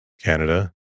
Canada